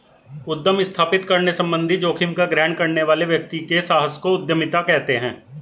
उद्यम स्थापित करने संबंधित जोखिम का ग्रहण करने वाले व्यक्ति के साहस को उद्यमिता कहते हैं